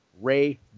Ray